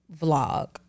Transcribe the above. vlog